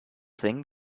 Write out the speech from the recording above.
thing